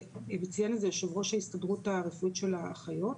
אצלנו זה יו"ר ההסתדרות הרפואית של האחיות,